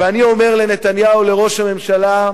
ואני אומר לנתניהו, לראש הממשלה: